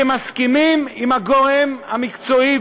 שמסכימים עם הגורם המקצועי,